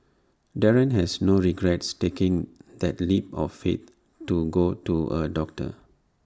Darren has no regrets taking that leap of faith to go to A doctor